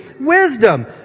wisdom